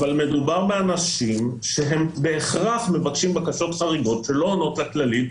אבל מדובר באנשים שהם בהכרח מבקשים בקשות חריגות שלא עונות לכללים,